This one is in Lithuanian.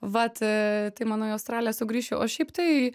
vat a tai manau į australiją sugrįšiu o šiaip tai